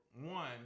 one